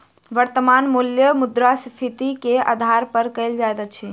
वर्त्तमान मूल्य मुद्रास्फीति के आधार पर कयल जाइत अछि